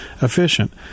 efficient